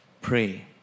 pray